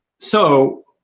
so,